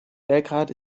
belgrad